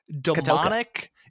demonic